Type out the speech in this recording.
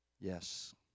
Yes